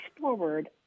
forward